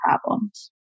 problems